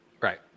Right